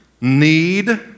Need